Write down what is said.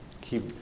Keep